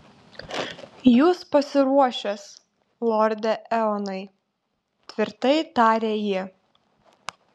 jūs pasiruošęs lorde eonai tvirtai tarė ji